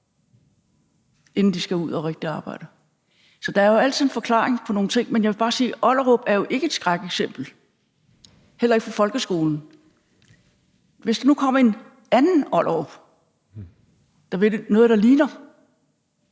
inden de skal ud at arbejde rigtigt. Så der er jo altid en forklaring på nogle ting. Men jeg vil jo bare sige, at Ollerup ikke er et skrækeksempel, heller ikke for folkeskolen. Hvis der nu kommer et andet Ollerup, der vil noget, der ligner,